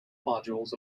modules